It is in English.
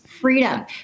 freedom